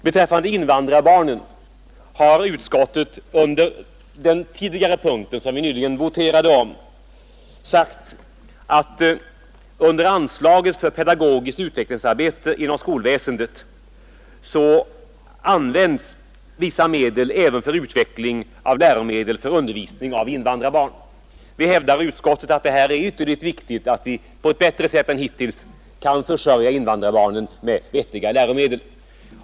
Beträffande invandrarbarnen har utskottet under den tidigare punkt, som vi nyligen voterade om, sagt att under anslaget till bidrag till pedagogiskt utvecklingsarbete inom skolväsendet används vissa medel även för utveckling av läromedel för undervisning av invandrarbarn. Utskottet hävdar att det är ytterligt viktigt att vi på ett bättre sätt än hittills kan försörja invandrarbarnen med vettiga läromedel.